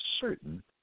certain